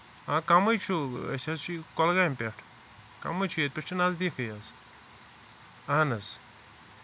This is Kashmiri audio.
کَمٕے چھُ أسۍ حظ چھِ کۄلگامہِ پٮ۪ٹھ کَمٕے چھُ ییٚتہِ پٮ۪ٹھ چھُ نَزدیٖکھٕے حظ اَہن حظ